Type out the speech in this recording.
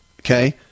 okay